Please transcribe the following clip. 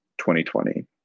2020